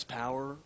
power